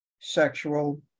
sexual